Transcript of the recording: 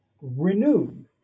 renewed